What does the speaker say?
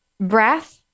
breath